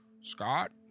Scott